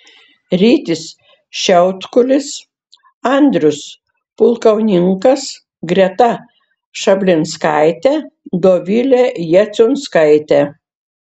rytis šiautkulis andrius pulkauninkas greta šablinskaitė dovilė jaciunskaitė